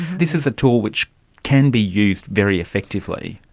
this is a tool which can be used very effectively.